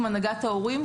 עם הנהגת ההורים,